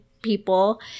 people